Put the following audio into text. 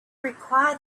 required